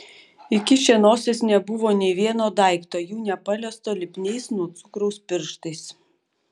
įkišę nosies nebuvo nė vieno daikto jų nepaliesto lipniais nuo cukraus pirštais